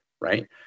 right